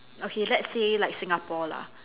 okay let's say like Singapore lah